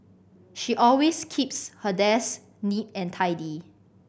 she always keeps her desk neat and tidy